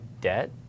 debt